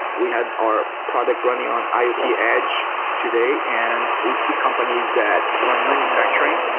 we had our product running on iot yeah edge today and we see companies that run manufacturing.